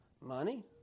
money